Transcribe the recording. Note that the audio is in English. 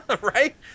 right